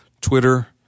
Twitter